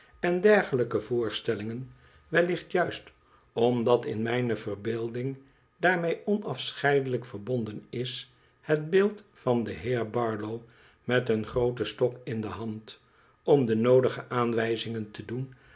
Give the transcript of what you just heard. en dergelijke voorstellingen wellicht juist omdat in mijne verbeelding daarmee onafscheidelyk verbonden is het beeld van den heer barlow met een grooten stok in de hand om de noodige aanwijzingen te doen